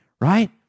right